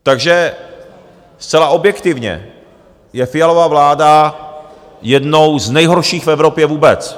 Takže zcela objektivně je Fialova vláda jednou z nejhorších v Evropě vůbec.